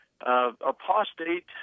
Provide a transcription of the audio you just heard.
apostate